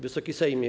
Wysoki Sejmie!